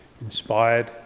inspired